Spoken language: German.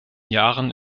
jahren